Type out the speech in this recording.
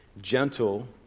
gentle